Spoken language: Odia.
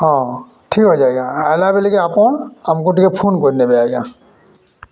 ହଁ ଠିକ୍ ଅଛେ ଆଜ୍ଞା ଆଏଲା ବେଲ୍କେ ଆପଣ୍ ଆମ୍କୁ ଟିକେ ଫୋନ୍ କରିନେବେ ଆଜ୍ଞା